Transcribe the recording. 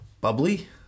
bubbly